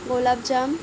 গোলাপ জাম